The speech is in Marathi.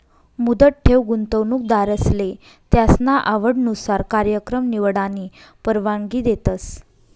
मुदत ठेव गुंतवणूकदारसले त्यासना आवडनुसार कार्यकाय निवडानी परवानगी देतस